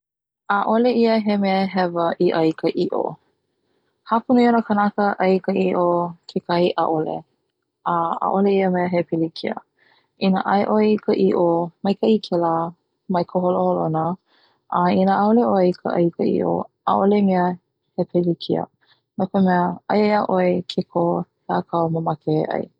ʻAʻole ia he mea hewa e ʻai i ka iʻo hapa nui o na kanaka ʻai i ka iʻo kekahi ʻaʻole a ʻaʻole ia he mea pilikia i nā ʻai ʻoe i ka iʻo maikaʻi kela mai ka holoholona a inā ʻaʻole ʻoe ai i ka iʻo ʻaʻole ʻia he pilikia no ka mea aia ʻia ʻoe ke koho hea kau mamake e ʻai.